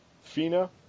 Fina